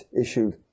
issued